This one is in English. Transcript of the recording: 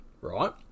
right